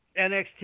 NXT